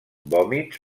vòmits